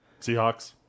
Seahawks